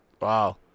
wow